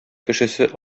кешесе